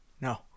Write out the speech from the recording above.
no